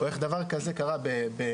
או איך דבר כזה קרה ביוון?